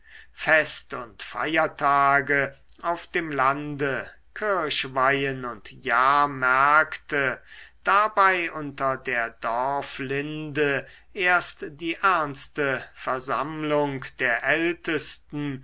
fest und feiertage auf dem lande kirchweihen und jahrmärkte dabei unter der dorflinde erst die ernste versammlung der ältesten